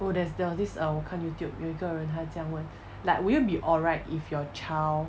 oh there's there was this err 我看 youtube 有一个人他这样问 like will you be alright if your child